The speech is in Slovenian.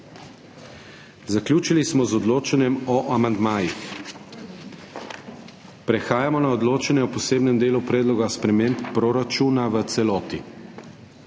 Zaključili smo z odločanjem o amandmajih. Prehajamo na odločanje o posebnem delu Predloga sprememb proračuna v celoti.